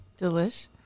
Delish